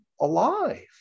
alive